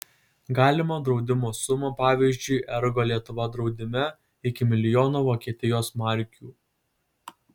galima draudimo suma pavyzdžiui ergo lietuva draudime iki milijono vokietijos markių